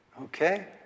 Okay